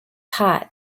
hot